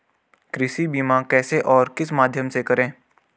कृषि बीमा कैसे और किस माध्यम से करें?